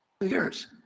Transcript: years